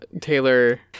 Taylor